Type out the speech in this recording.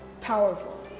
powerful